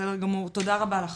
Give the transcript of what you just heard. בסדר גמור תודה רבה לך.